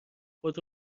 خود